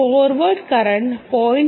forward current 0